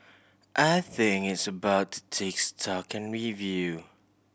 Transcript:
I think it's about to take stock and review